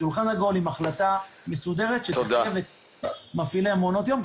שולחן עגול עם החלטה מסודרת שתחייב את מפעילי מעונות יום.